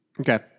Okay